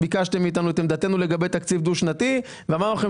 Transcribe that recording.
ביקשתם מאיתנו את עמדתנו לגבי תקציב דו שנתי ואמרנו לכם